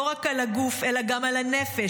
לא רק על הגוף אלא גם על הנפש,